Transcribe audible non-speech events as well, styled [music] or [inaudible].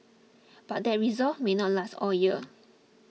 [noise] but that resolve may not last all year [noise]